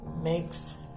makes